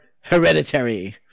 Hereditary